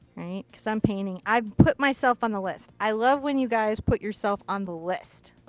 right. because i'm painting. i put myself on the list. i love when you guys put yourself on the list.